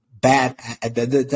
bad